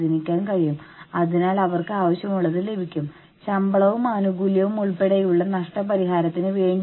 പലപ്പോഴും പല സ്ഥാപനങ്ങളിലും ജീവനക്കാർക്ക് അങ്ങനെ തോന്നുന്നു